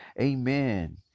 Amen